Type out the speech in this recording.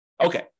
Okay